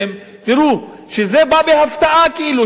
תראו, זה בא בהפתעה כאילו.